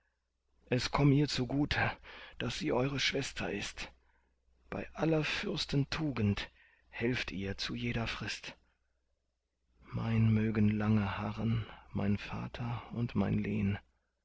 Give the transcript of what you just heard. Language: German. es komm ihr zugute daß sie eure schwester ist bei aller fürsten tugend helft ihr zu jeder frist mein mögen lange harren mein vater und mein lehn